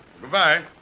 Goodbye